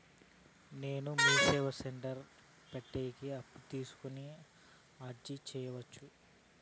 నేను MeeSeva net centre పెట్టేకి అప్పు కోసం అర్జీ సేయొచ్చా?